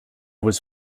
was